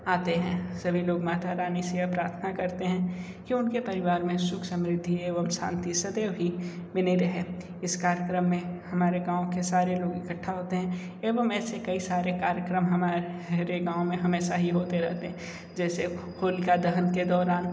आते हैं सभी लोग मातारानी से यह प्रार्थना करते है कि उनके परिवार में सुख समृद्धि एवं शांति सदैव ही बनी रहे इस कार्यक्रम में हमारे गाँव के सारे लोग इकट्ठा होते हैं एवं ऐसे कई सारे कार्यक्रम हमारे गाँव में हमेशा ही होते रहते हैं जैसे होलिका दहन के दौरान